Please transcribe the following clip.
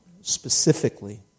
specifically